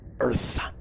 earth